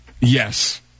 yes